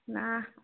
ନା